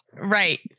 Right